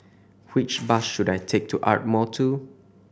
which bus should I take to Ardmore Two